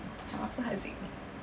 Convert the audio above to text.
macam apa haziq